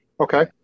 okay